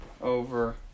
over